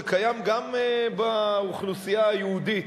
זה קיים גם באוכלוסייה היהודית.